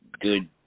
good